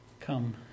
Come